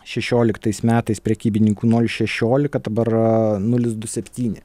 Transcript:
šešioliktais metais prekybininkų nol šešiolika dabar nulis du septyni